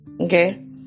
Okay